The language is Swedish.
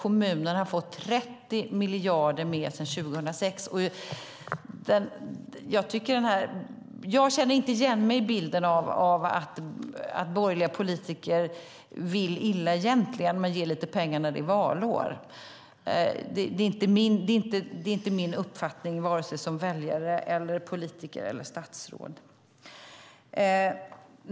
Kommunerna har fått 30 miljarder mer sedan 2006. Jag känner inte igen mig i bilden av att borgerliga politiker egentligen vill illa men ger lite pengar när det är valår. Det är inte min uppfattning vare sig som väljare eller politiker eller statsråd.